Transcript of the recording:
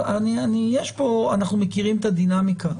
אבל אנחנו מכירים את הדינמיקה,